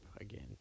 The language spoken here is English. again